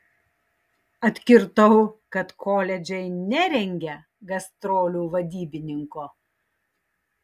atkirtau kad koledžai nerengia gastrolių vadybininko